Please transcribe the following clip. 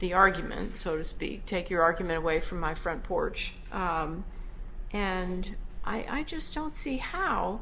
the argument so to speak take your argument away from my front porch and i just don't see how